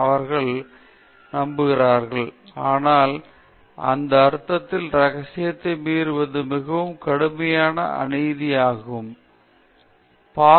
எனவே நம்பிக்கை அல்லது ஆராய்ச்சியாளர் நம்பகத்தன்மையைக் காப்பாற்றுவார் என்று அவர்கள் நம்புகிறார்கள் ஆனால் அந்த அர்த்தத்தில் ரகசியத்தை மீறுவது மிகவும் கடுமையான அநீதி நடைமுறையாகும்